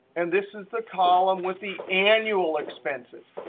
and this is the column with the annual expenses.